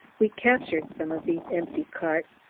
we captured some of these empty carts,